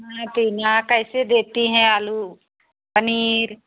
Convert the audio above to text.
हाँ पिनिया कैसे देती हैं आलू पनीर